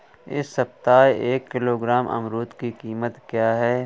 इस सप्ताह एक किलोग्राम अमरूद की कीमत क्या है?